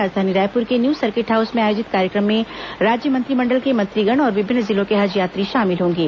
राजधानी रायपुर के new circuit house में आयोजित कार्यक्रम में राज्य मंत्रिमंडल के मंत्रीगण और विभिन्न जिलों के हज यात्री शामिल होंगे